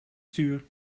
stuur